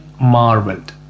marveled